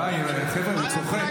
די, חבר'ה, הוא צוחק.